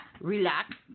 relax